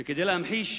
וכדי להמחיש